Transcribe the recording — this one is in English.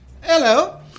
Hello